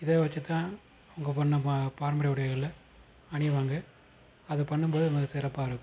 இதை வச்சுதான் அவங்க பண்ண பா பாரம்பரிய உடைகள்ல அணியுவாங்க அது பண்ணும்போது மிக சிறப்பாக இருக்கும்